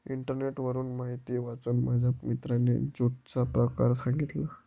इंटरनेटवरून माहिती वाचून माझ्या मित्राने ज्यूटचा प्रकार सांगितला